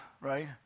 right